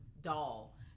doll